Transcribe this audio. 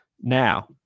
Now